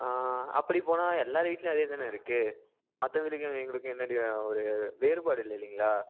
அப்படி போனால் எல்லோர் வீட்லேயும் அதே தானே இருக்குது மற்ற வீட்டுக்கும் எங்களுக்கும் என்ன டி ஒரு வேறுபாடு இல்லை இல்லைங்களா